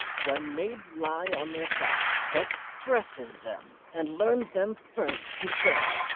when maids lie on their backs, that presses them, and learns them first to bear,